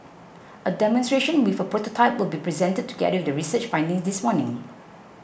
a demonstration with a prototype will be presented together with the research findings this morning